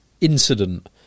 incident